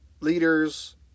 leaders